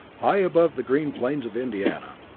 high above the green plains of indiana.